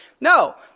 No